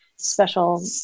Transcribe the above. Special